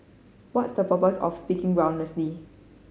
what's your purpose of speaking groundlessly